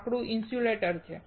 લાકડું ઇન્સ્યુલેટર છે